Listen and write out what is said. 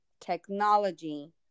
technology